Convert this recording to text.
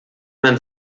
man